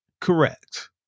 Correct